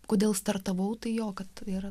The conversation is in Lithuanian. kodėl startavau tai jo kad yra